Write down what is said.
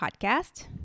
podcast